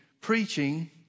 preaching